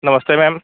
नमस्ते मैम